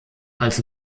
als